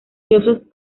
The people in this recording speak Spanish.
josef